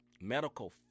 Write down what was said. medical